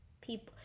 people